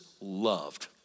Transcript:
loved